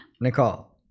Nicole